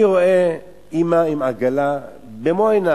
אני רואה אמא עם עגלה, במו עיני